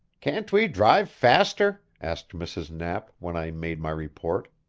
can't we drive faster? asked mrs. knapp, when i made my report.